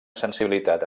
sensibilitat